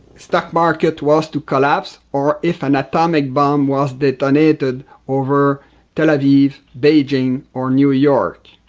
stock market was to collapse or if an atomic bomb was detonated over tel aviv, beijing or new york.